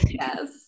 Yes